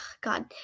god